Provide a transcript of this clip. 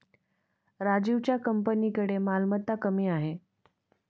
राजीवच्या कंपनीकडे मालमत्ता कमी आहे